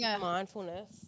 Mindfulness